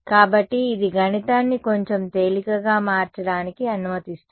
కాబట్టి ఇది గణితాన్ని కొంచెం తేలికగా మార్చడానికి అనుమతిస్తుంది